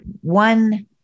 one